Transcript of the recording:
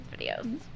videos